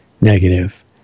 negative